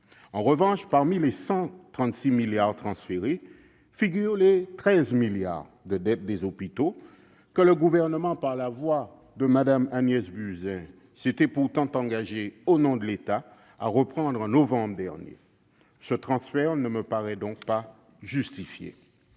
En revanche, parmi les 136 milliards d'euros transférés figurent les 13 milliards d'euros de dette des hôpitaux que le Gouvernement, par la voix de Mme Agnès Buzyn, s'était pourtant engagé, au nom de l'État, à reprendre en novembre dernier. Ce transfert ne me paraît donc pas justifié.